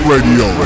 Radio